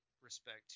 respect